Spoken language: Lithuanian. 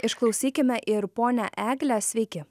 išklausykime ir ponią eglę sveiki